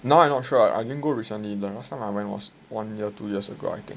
now I not sure I didn't go recently the last time I went was one year two years ago I think